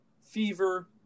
fever